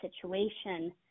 situation